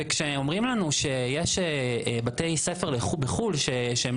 כשאומרים לנו שיש בתי ספר בחו"ל שהם